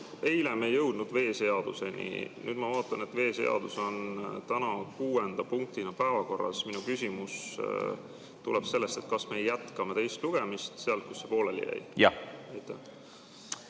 Eile me ei jõudnud veeseaduseni. Nüüd ma vaatan, et veeseadus on täna kuuenda punktina päevakorras. Minu küsimus tuleb selle kohta, et kas me jätkame teist lugemist sealt, kus see pooleli jäi.